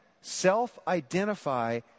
self-identify